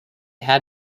had